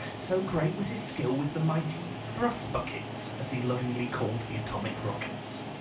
so great was his skill with the mighty thrust buckets, as he lovingly called the atomic rockets.